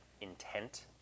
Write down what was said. intent